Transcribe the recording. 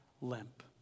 limp